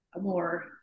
more